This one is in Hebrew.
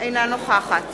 אינה נוכחת